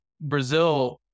Brazil